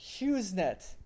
HughesNet